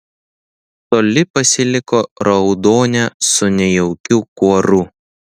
toli pasiliko raudonė su nejaukiu kuoru